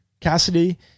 Cassidy